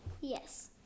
Yes